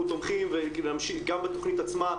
אנחנו תומכים גם בתכנית עצמה,